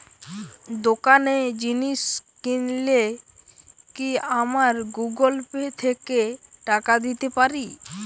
দোকানে জিনিস কিনলে কি আমার গুগল পে থেকে টাকা দিতে পারি?